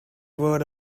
word